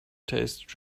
tasted